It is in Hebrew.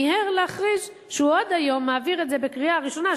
מיהר להכריז שהוא עוד היום מעביר את זה בקריאה ראשונה,